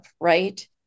right